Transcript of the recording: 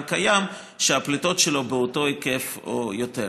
קיים שהפליטות שלו באותו היקף או יותר.